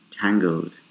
tangled